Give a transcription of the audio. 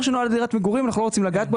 שנועד לדירת מגורים ואנחנו לא רוצים לגעת בו.